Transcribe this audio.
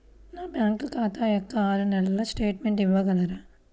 నా బ్యాంకు ఖాతా యొక్క ఆరు నెలల స్టేట్మెంట్ ఇవ్వగలరా?